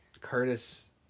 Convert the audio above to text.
Curtis